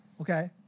okay